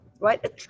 right